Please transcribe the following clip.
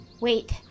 Wait